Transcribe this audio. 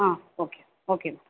ah okay okay madam